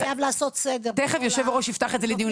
חייב לעשות סדר בכל --- תיכף יושב-הראש יפתח את זה לדיון.